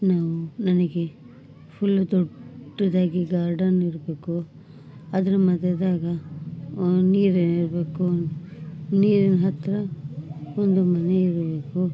ನಾವು ನನಗೆ ಫುಲ್ ದೊಡ್ಡದಾಗಿ ಗಾರ್ಡನ್ ಇರಬೇಕು ಅದ್ರ ಮಧ್ಯದಾಗೆ ನೀರು ಇರಬೇಕು ನೀರಿನ ಹತ್ತಿರ ಒಂದು ಮನೆ ಇರಬೇಕು